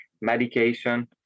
medication